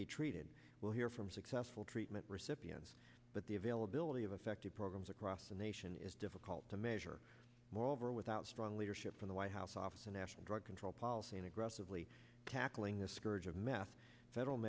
be treated we'll hear from successful treatment recipients but the availability of effective programs across the nation is difficult to measure moreover without strong leadership from the white house office of national drug control policy and aggressively tackling the scourge of meth federal